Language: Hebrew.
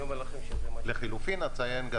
לחילופין אציין,